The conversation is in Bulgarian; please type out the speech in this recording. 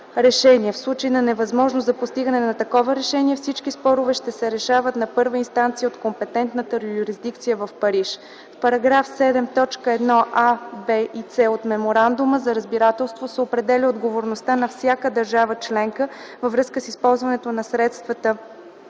решение. В случай на невъзможност за постигане на такова решение, всички спорове ще се решават на първа инстанция от компетентната юрисдикция в Париж. В § 7 т. 1 а, b, c, от Меморандума за разбирателство се определя отговорността на всяка държава-членка във връзка с използването на средствата